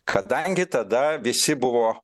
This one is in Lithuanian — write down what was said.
kadangi tada visi buvo